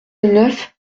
neuf